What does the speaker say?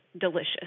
delicious